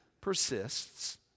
persists